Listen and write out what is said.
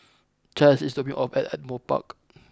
Chaz is dropping me off at Ardmore Park